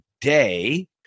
today